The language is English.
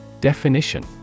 Definition